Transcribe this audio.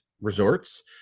resorts